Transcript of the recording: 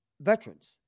veterans